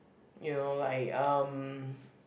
you know like um